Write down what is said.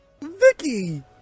Vicky